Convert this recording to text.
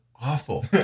awful